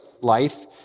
life